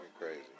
crazy